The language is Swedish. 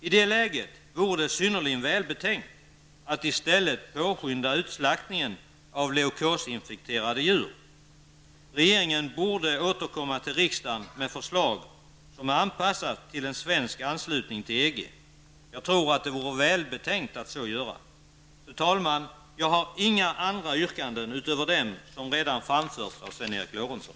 I det läget vore det synnerligen välbetänkt att i stället påskynda utslaktningen av leukosinfekterade djur. Regeringen borde återkomma till riksdagen med förslag som är anpassade till en svensk anslutning till EG. Jag tror att det vore välbetänkt att så göra. Fru talman! Jag har inga andra yrkanden utöver dem som redan framförts av Sven Eric Lorentzon.